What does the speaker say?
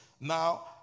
Now